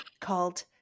called